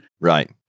Right